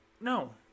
No